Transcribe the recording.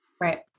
Right